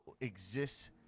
exists